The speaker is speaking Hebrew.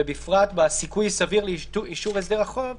בפרט בסיכוי סביר לאישור הסדר החוב,